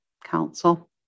council